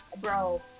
Bro